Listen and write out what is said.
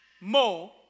more